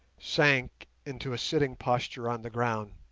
sank into a sitting posture on the ground,